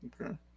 Okay